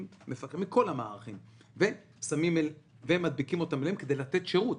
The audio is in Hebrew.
מכל המערכים ו"מדביקים" אותם אליהם כדי לתת שירות.